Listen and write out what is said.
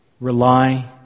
rely